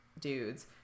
dudes